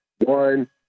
one